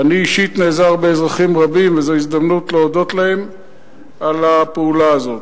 אני אישית נעזר באזרחים רבים וזו הזדמנות להודות להם על הפעולה הזאת.